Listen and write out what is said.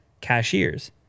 cashiers